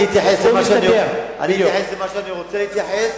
אני אתייחס למה שאני רוצה להתייחס,